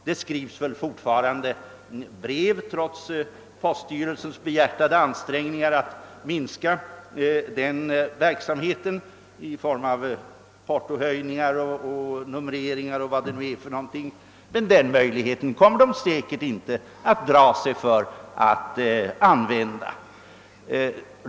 Det skrivs väl fortfarande brev, trots poststyrelsens behjärtade ansträngningar att med hjälp av portohöjningar, numreringar och annat minska den verksamheten, De kommer säkerligen inte att dra sig för att använda denna möjlighet.